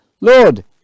Lord